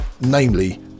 namely